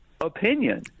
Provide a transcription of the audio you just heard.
opinion